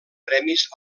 premis